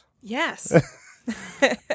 Yes